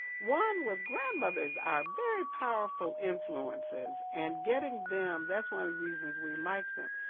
one, with grandmothers are um very powerful influences, and getting them, that's one of the reasons we like them.